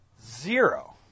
Zero